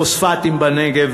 פוספטים בנגב,